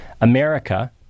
America